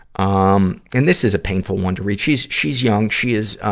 um and this is a painful one to read. she's, she's young she is, ah,